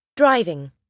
Driving